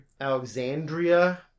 Alexandria